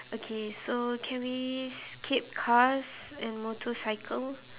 okay so can we skip cars and motorcycle